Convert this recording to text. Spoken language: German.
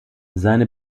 seine